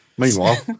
Meanwhile